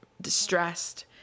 distressed